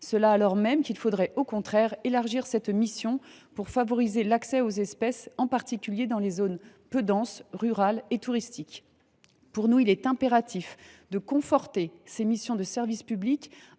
ce alors même qu’il faudrait au contraire étendre cette mission pour favoriser l’accès aux espèces, en particulier dans les zones peu denses, rurales et touristiques. Pour nous, il est impératif de renforcer ces missions de service public,